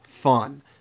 fun